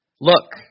Look